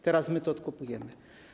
Teraz my to odkupujemy.